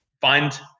Find